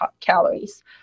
calories